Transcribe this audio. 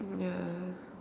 ya